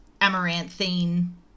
Amaranthine